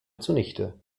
zunichte